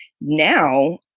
Now